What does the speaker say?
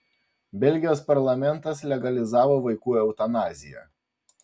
belgijos parlamentas legalizavo vaikų eutanaziją